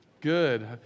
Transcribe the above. Good